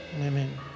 Amen